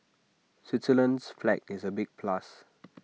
Switzerland's flag is A big plus